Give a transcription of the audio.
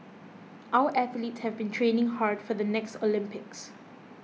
our athletes have been training hard for the next Olympics